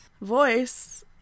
voice